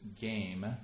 game